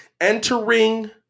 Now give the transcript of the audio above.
entering